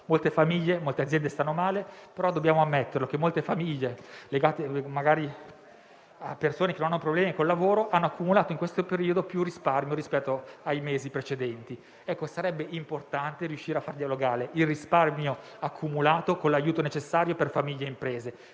Molte famiglie e molte aziende stanno male, ma dobbiamo ammettere che molte famiglie, legate magari a persone che non hanno problemi col lavoro, hanno accumulato in questo periodo più risparmio rispetto ai mesi precedenti. Sarebbe importante riuscire a far dialogare il risparmio accumulato con l'aiuto necessario per famiglie e imprese.